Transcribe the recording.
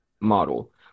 model